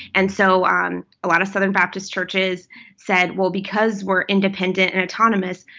and so um a lot of southern baptist churches said, well, because we're independent and autonomous,